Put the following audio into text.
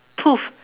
poof